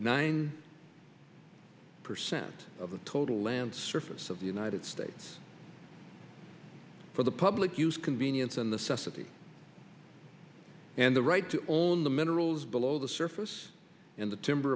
nine percent of the total land surface of the united states for the public use convenience in the subsidy and the right to own the minerals below the surface and the timber